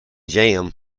jam